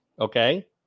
Okay